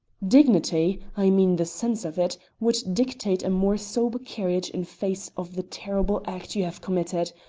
dignity i mean the sense of it would dictate a more sober carriage in face of the terrible act you have committed.